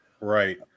right